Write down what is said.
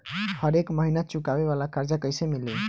हरेक महिना चुकावे वाला कर्जा कैसे मिली?